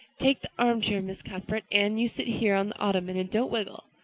take the armchair, miss cuthbert. anne, you sit here on the ottoman and don't wiggle.